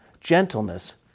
gentleness